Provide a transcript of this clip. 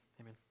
amen